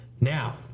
Now